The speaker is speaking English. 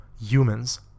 humans